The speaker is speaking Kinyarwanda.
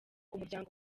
umuryango